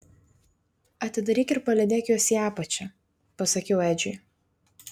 atidaryk ir palydėk juos į apačią pasakiau edžiui